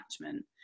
attachment